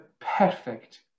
perfect